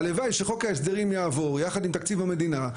הלוואי שחוק ההסדרים יעבור יחד עם תקציב המדינה,